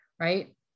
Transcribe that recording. right